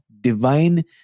Divine